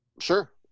Sure